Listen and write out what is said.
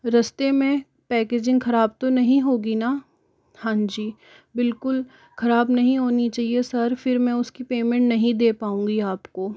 रास्ते में पैकिजींग ख़राब तो नहीं होगी न हाँ जी बिल्कुल ख़राब नहीं होनी चाहिए सर फिर मैं उसकी पेमेंट नहीं दे पाऊँगी आपको